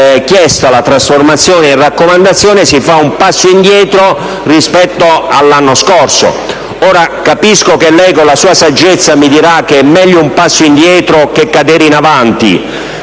accettato come raccomandazione si fa un passo indietro rispetto all'anno scorso. Ora, capisco che lei con la sua saggezza mi dirà che è meglio un passo indietro che cadere in avanti...